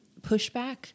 pushback